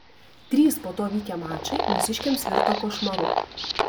trys po to vykę mačai mūsiškiams virto košmaru